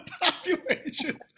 Population